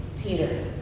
Peter